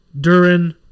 Durin